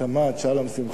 תודה רבה.